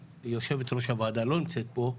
יושבת-ראש הוועדה לא נמצאת פה.